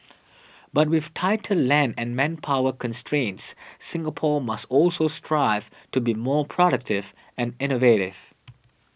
but with tighter land and manpower constraints Singapore must also strive to be more productive and innovative